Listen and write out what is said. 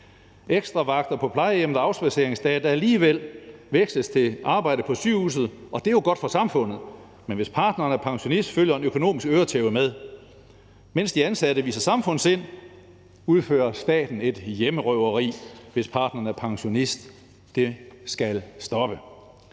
ekstravagter på plejehjem og afspadseringsdage, der alligevel veksles til arbejde på sygehuset, og det er jo godt for samfundet, men hvis partneren er pensionist, følger en økonomisk øretæve med. Mens de ansatte viser samfundssind, udfører staten et hjemmerøveri, hvis partneren er pensionist. Det skal stoppe!